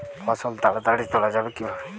ফসল তাড়াতাড়ি তোলা যাবে কিভাবে?